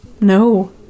no